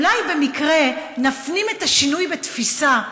ואולי במקרה נפנים את השינוי בתפיסה,